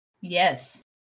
Yes